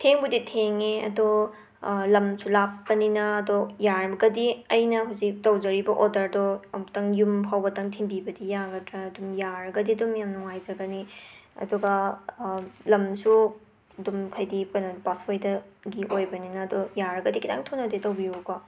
ꯊꯦꯡꯕꯨꯗꯤ ꯊꯦꯡꯉꯦ ꯑꯗꯣ ꯂꯝꯁꯨ ꯂꯥꯞꯄꯅꯤꯅ ꯑꯗꯣ ꯌꯥꯔꯒꯗꯤ ꯑꯩꯅ ꯍꯧꯖꯤꯛ ꯇꯧꯖꯔꯤꯕ ꯑꯣꯗꯔꯗꯨ ꯑꯃꯨꯛꯇꯪ ꯌꯨꯝ ꯐꯥꯎꯕꯗꯪ ꯊꯤꯟꯕꯤꯕꯗꯤ ꯌꯥꯒꯗ꯭ꯔꯥ ꯑꯗꯨꯝ ꯌꯥꯔꯒꯗꯤ ꯑꯗꯨꯝ ꯌꯥꯝꯅ ꯅꯨꯉꯥꯏꯖꯒꯅꯤ ꯑꯗꯨꯒ ꯂꯝꯁꯨ ꯑꯗꯨꯝ ꯍꯥꯏꯗꯤ ꯀꯩꯅꯣ ꯄꯥꯠꯁꯣꯏꯗꯒꯤ ꯑꯣꯏꯕꯅꯤꯅ ꯑꯗꯣ ꯌꯥꯔꯒꯗꯤ ꯈꯤꯇꯪ ꯊꯨꯅꯗꯤ ꯇꯧꯕꯤꯌꯨꯀꯣ